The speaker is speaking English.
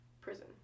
Prison